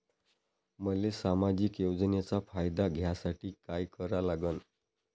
मले सामाजिक योजनेचा फायदा घ्यासाठी काय करा लागन?